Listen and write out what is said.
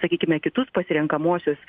sakykime kitus pasirenkamuosius